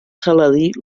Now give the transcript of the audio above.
saladí